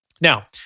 Now